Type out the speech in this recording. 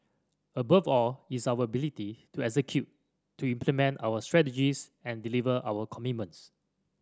above all is our ability to execute to implement our strategies and deliver our commitments